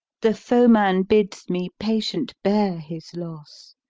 the foeman bids me patient bear his loss,